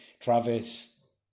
Travis